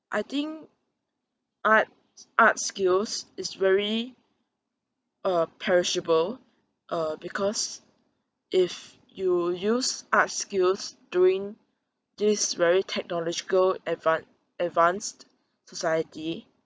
I think art art skills is very uh perishable uh because if you use art skills during this very technological advan~ advanced society